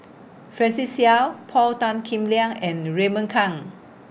Francis Seow Paul Tan Kim Liang and Raymond Kang